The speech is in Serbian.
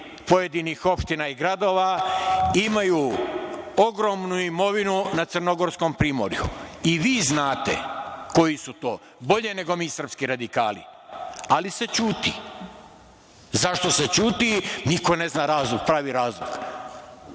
pojedinih opština i gradova imaju ogromnu imovinu na Crnogorskom primorju i vi znate koji su to, bolje nego mi srpski radikali, ali se ćuti. Zašto se ćuti, niko ne zna pravi razlog. Uvek